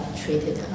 treated